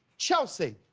chelsea,